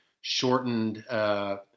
shortened –